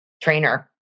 trainer